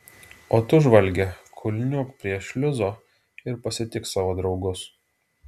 o tu žvalge kulniuok prie šliuzo ir pasitik savo draugus